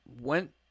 went